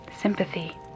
sympathy